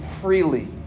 freely